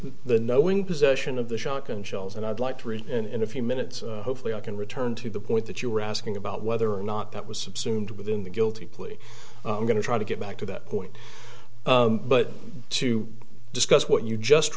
the knowing possession of the shotgun shells and i'd like to read and in a few minutes hopefully i can return to the point that you were asking about whether or not that was subsumed within the guilty plea i'm going to try to get back to that point but to discuss what you just